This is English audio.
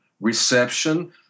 reception